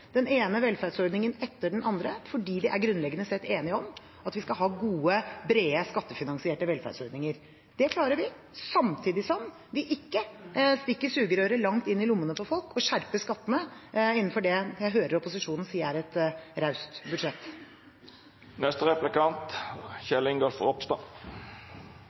den ene velferdsordningen etter den andre fordi vi grunnleggende sett er enige om at vi skal ha gode, brede skattefinansierte velferdsordninger. Det klarer vi, samtidig som vi ikke stikker sugerøret langt inn i lommene på folk og skjerper skattene innenfor det jeg hører opposisjonen si er et raust